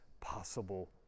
Possible